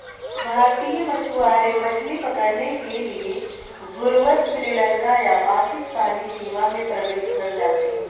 भारतीय मछुआरे मछली पकड़ने के लिए भूलवश श्रीलंका या पाकिस्तानी सीमा में प्रवेश कर जाते हैं